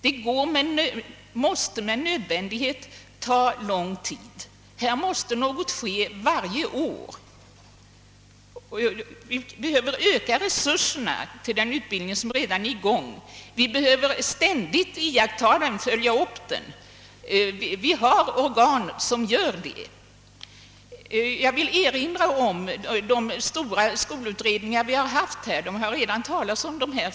Uppbyggnaden måste med nödvändighet ta lång tid. Här måste något ske varje år. Vi behöver öka resurserna för den utbildning som redan är i gång. Vi måste ständigt iaktta den och följa upp den. Och det finns organ som gör det. Jag vill erinra om de stora skolutredningar som gjorts och om vilka det talats här förut.